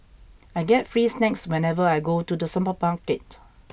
I get free snacks whenever I go to the supermarket